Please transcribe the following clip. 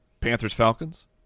Panthers-Falcons